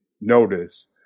notice